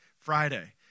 Friday